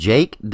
Jake